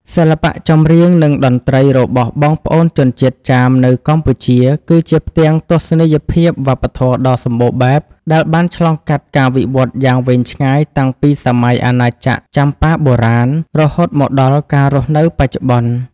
សិល្បៈចម្រៀង និងតន្ត្រីរបស់បងប្អូនជនជាតិចាមនៅកម្ពុជា គឺជាផ្ទាំងទស្សនីយភាពវប្បធម៌ដ៏សម្បូរបែប ដែលបានឆ្លងកាត់ការវិវត្តយ៉ាងវែងឆ្ងាយតាំងពីសម័យអាណាចក្រចម្ប៉ាបុរាណ រហូតមកដល់ការរស់នៅបច្ចុប្បន្ន។